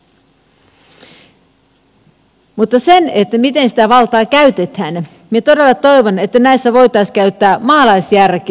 mutta siinä miten sitä valtaa käytetään minä todella toivon että näissä voitaisiin käyttää maalaisjärkeä